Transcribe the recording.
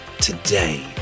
today